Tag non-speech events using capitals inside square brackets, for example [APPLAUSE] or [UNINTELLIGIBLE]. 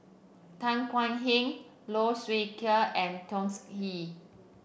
Tan [UNINTELLIGIBLE] Heng Low Siew [UNINTELLIGIBLE] and Tsung Yeh